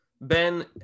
ben